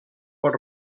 pot